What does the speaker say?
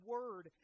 Word